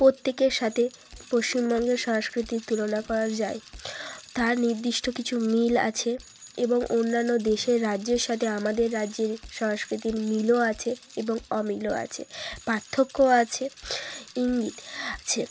প্রত্যেকের সাথে পশ্চিমবঙ্গের সংস্কৃতির তুলনা করা যায় তার নির্দিষ্ট কিছু মিল আছে এবং অন্যান্য দেশের রাজ্যের সাথে আমাদের রাজ্যের সংস্কৃতির মিলও আছে এবং অমিলও আছে পার্থক্যও আছে ইঙ্গিত আছে